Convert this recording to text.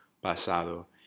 pasado